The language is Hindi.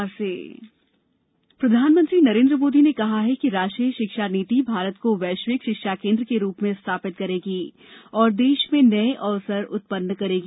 पीएम शिक्षा नीति प्रधानमंत्री नरेन्द्र मोदी ने कहा है कि राष्ट्रीय शिक्षा नीति भारत को वैश्विक शिक्षा केन्द्र के रूप में स्थापित करेगी और देश में नए अवसर उत्पन्न करेगी